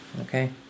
Okay